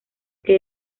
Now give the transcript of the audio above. que